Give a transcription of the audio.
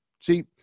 See